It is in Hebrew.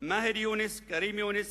מאהר יונס וכרים יונס